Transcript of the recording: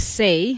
say